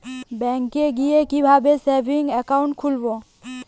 ব্যাঙ্কে গিয়ে কিভাবে সেভিংস একাউন্ট খুলব?